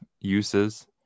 uses